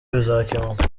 bizakemuka